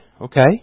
Okay